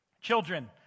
Children